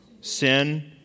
Sin